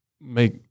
make